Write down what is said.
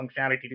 functionality